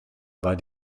war